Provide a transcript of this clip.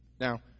Now